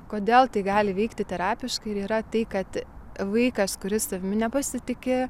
kodėl tai gali veikti terapiškai ir yra tai kad vaikas kuris savimi nepasitiki